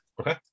Okay